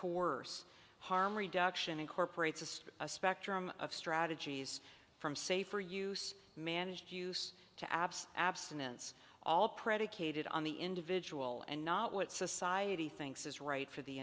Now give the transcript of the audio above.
coerce harm reduction incorporates as a spectrum of strategies from say for use managed use to abse abstinence all predicated on the individual and not what society thinks is right for the